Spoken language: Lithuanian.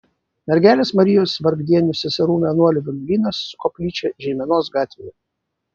mergelės marijos vargdienių seserų vienuolių vienuolynas su koplyčia žeimenos gatvėje